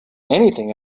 anything